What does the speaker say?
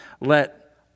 Let